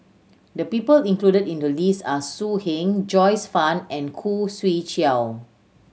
the people included in the list are So Heng Joyce Fan and Khoo Swee Chiow